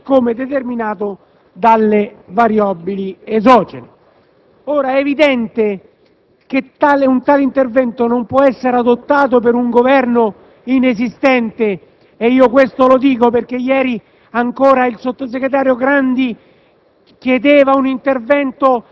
quadro di finanza pubblica, così come determinato dalle variabili esogene. È evidente che un tale intervento non può essere adottato da un Governo inesistente, e questo lo dico perché ancora ieri il sottosegretario Grandi